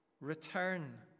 Return